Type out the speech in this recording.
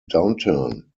downturn